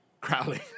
Crowley